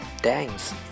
Thanks